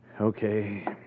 Okay